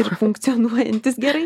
ir funkcionuojantys gerai